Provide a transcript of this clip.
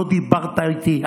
לא דיברת איתי,